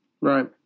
Right